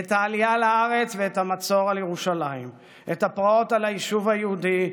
את העלייה לארץ ואת המצור על ירושלים ואת הפרעות על היישוב היהודי,